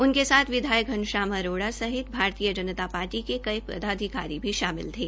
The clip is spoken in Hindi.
उनके साथ विधायक घनश्याम अरोडा सहित भारतीय जनता पार्टी के कई पदाधिकारी भी थे